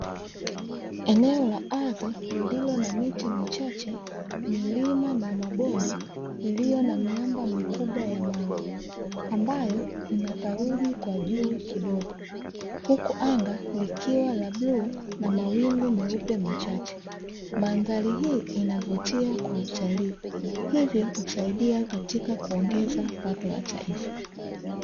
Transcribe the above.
Eneo la ardhi lililo na miti michache, mlima na mabonde iliyo na miamba mikubwa ya mawe, ambayo ina theluji kwa juu kidogo; huku anga likiwa la bluu na mawingu meupe machache, mandhari hii inavutia kwa utalii hivyo husaidia katika kuongeza pato la taifa.